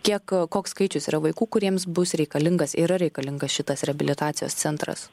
kiek koks skaičius yra vaikų kuriems bus reikalingas yra reikalingas šitas reabilitacijos centras